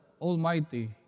almighty